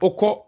Oko